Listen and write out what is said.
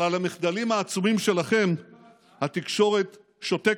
אבל על המחדלים העצומים שלכם התקשורת שותקת.